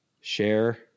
Share